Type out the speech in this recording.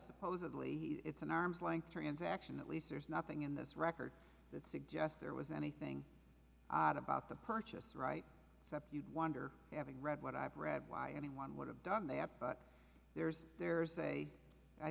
supposedly it's an arm's length transaction at least there's nothing in this record that suggests there was anything odd about the purchase right except you wonder having read what i've read why anyone would have done that but there's there's a i